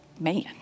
man